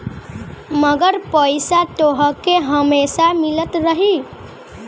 मगर पईसा तोहके हमेसा मिलत रही